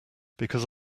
because